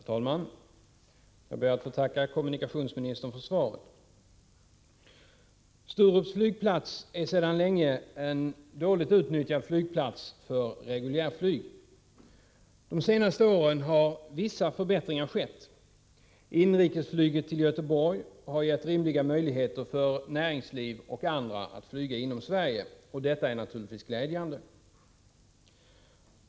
Herr talman! Jag ber att få tacka kommunikationsministern för svaret. Sturups flygplats är sedan länge en dåligt utnyttjad flygplats för reguljärflyget. De senaste åren har en viss förbättring skett. Inrikesflyget till Göteborg har gett rimliga möjligheter för dem som är verksamma inom näringslivet och för andra att flyga inom Sverige, och det är naturligtvis glädjande.